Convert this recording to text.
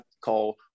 call